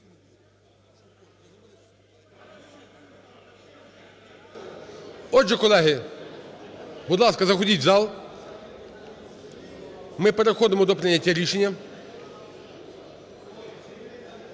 Отже, колеги, будь ласка, заходьте в зал. Ми переходимо до прийняття рішення.